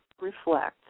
reflect